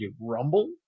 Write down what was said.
Rumble